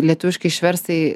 lietuviškai išverst tai